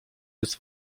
jest